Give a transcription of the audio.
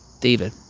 David